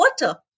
water